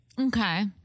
Okay